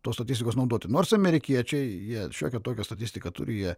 tos statistikos naudoti nors amerikiečiai jie šiokią tokią statistiką turi jie